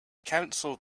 council